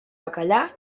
bacallà